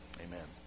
Amen